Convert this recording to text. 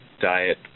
diet